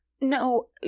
No